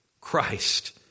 christ